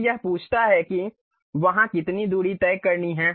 फिर यह पूछता है कि वहां कितनी दूरी तय करनी है